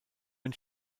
ein